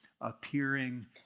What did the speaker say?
appearing